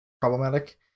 problematic